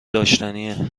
داشتنیه